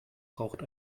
braucht